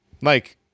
Mike